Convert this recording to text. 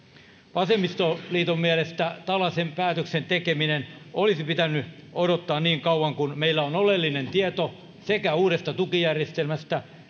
vasemmistoliiton mielestä tällaisen päätöksen tekemisen olisi pitänyt odottaa niin kauan kunnes meillä on oleellinen tieto sekä uudesta tukijärjestelmästä